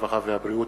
הרווחה והבריאות.